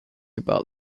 about